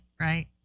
right